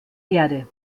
erde